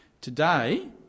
Today